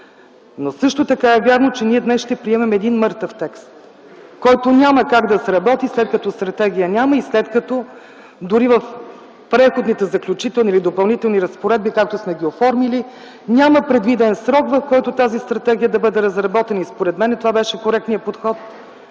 Но също така е вярно, че ние днес ще приемем един мъртъв текст, който няма как да сработи, след като стратегия няма и след като, дори в Преходните и заключителните, или в Допълнителните разпоредбите, както сме ги оформили, няма предвиден срок, в който стратегията да бъде разработена, и според мен това беше коректният подход.